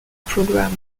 program